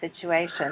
situation